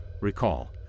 Recall